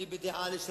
אני בדעה לשנות,